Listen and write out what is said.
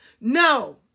No